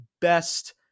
best